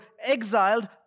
exiled